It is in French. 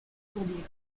tourbières